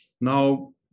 Now